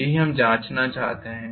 यही हम जांचना चाहते हैं